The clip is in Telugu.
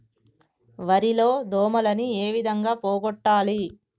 వరి లో దోమలని ఏ విధంగా పోగొట్టాలి?